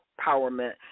empowerment